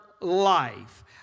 life